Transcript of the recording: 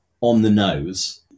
on-the-nose